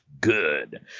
good